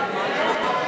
חוק